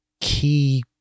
key